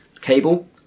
Cable